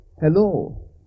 Hello